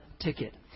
ticket